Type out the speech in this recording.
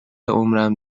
عمرم